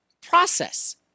process